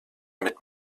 mit